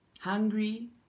hungry